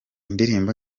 indirimbo